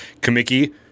Kamiki